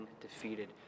defeated